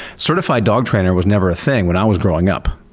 certified dog trainer was never a thing when i was growing up.